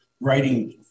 writing